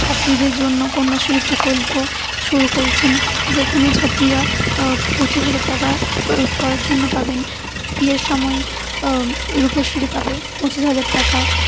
ছাত্রীদের জন্য কন্যাশ্রী প্রকল্প শুরু করছেন যেখানে ছাত্রীরা পঁচিশ হাজার টাকা পড়ার জন্য পাবেন বিয়ের সময় রূপশ্রী পাবে পঁচিশ হাজার টাকা